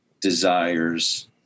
desires